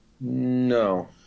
No